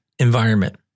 environment